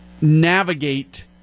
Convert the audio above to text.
navigate